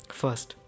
first